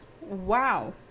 Wow